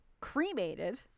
cremated